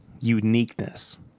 Uniqueness